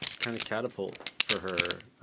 kind of catapult for her.